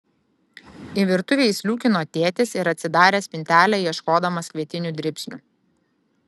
į virtuvę įsliūkino tėtis ir atsidarė spintelę ieškodamas kvietinių dribsnių